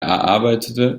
erarbeitete